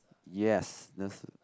yes that's